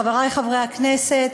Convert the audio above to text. חברי חברי הכנסת,